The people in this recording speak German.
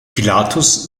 pilatus